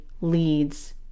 leads